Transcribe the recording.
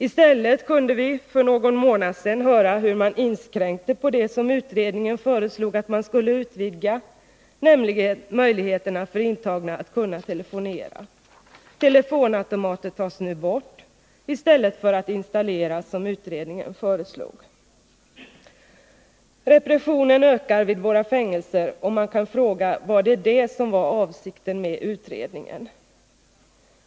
I stället kunde vi för någon månad sedan höra hur man inskränkte på det som utredningen föreslog att man skulle utvidga, nämligen möjligheterna för intagna att kunna telefonera. Telefonautomater tas nu bort — i stället för att installeras, som utredningen föreslog. Repressionen ökar vid våra fängelser, och man kan fråga: Var detta avsikten med utredningen?